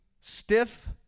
Stiff